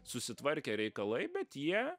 susitvarkė reikalai bet jie